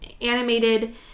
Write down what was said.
animated